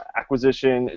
acquisition